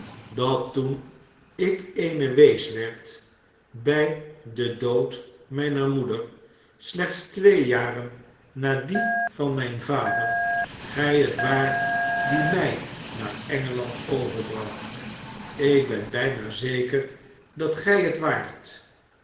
dat toen ik eene wees werd bij den dood mijner moeder slechts twee jaren na dien van mijn vader gij het waart die mij naar engeland overbracht ik ben bijna zeker dat gij het waart